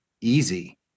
easy